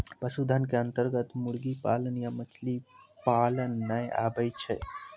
पशुधन के अन्तर्गत मुर्गी पालन या मछली पालन नाय आबै छै